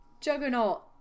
Juggernaut